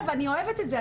אגב אני אוהבת את זה.